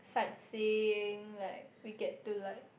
sight seeing like we get to like